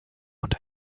und